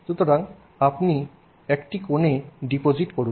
সুতরাং আপনি একটি কোণে ডিপোজিট করুন